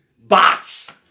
bots